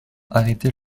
arrêter